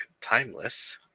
Timeless